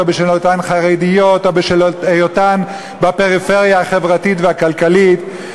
בשל היותן חרדיות או בשל היותן בפריפריה החברתית והכלכלית,